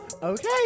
Okay